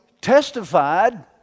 testified